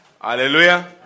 Hallelujah